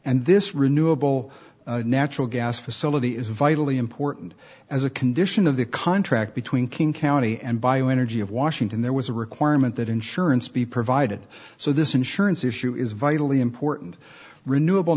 and this renewable natural gas facility is vitally important as a condition of the contract between king county and bioenergy of washington there was a requirement that insurance be provided so this insurance issue is vitally important renewable